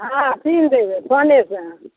हँ फीस देबै फोनेसँ